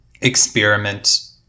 experiment